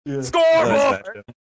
Scoreboard